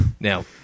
Now